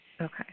Okay